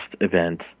event